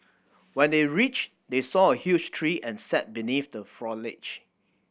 when they reached they saw a huge tree and sat beneath the foliage